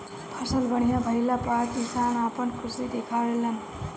फसल बढ़िया भइला पअ किसान आपन खुशी दिखावे लन